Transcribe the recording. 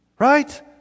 Right